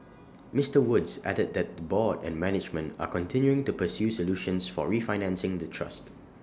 Mister Woods added that the board and management are continuing to pursue solutions for refinancing the trust